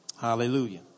Hallelujah